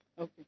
Okay